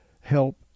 help